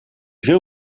veel